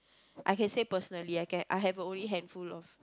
I can say personally I can I have a only handful of